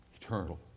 Eternal